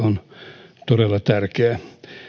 on todella tärkeä